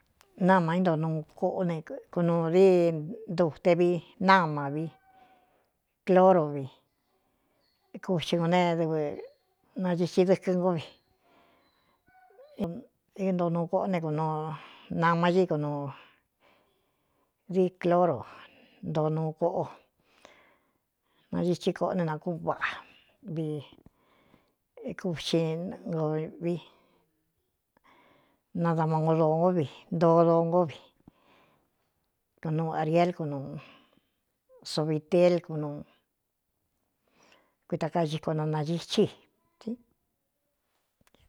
Náma ínto nuu kꞌo ekunūū di ndute vi náma vi cloro vi kuxi ngo nedɨv naciti dɨkɨ́ ngo vi ɨntoo nuu kōꞌó ne kun nama i kunuu di cloro ntoo nuu koꞌo naithi kōꞌo ne nakúꞌuvaꞌa vikuxinko vi nadama ngo doo ngó vi ntoo doo ngó vi kunuu ariel knuu sovitél knuu kuita kaa xiko na naxithí i.